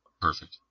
Perfect